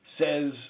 says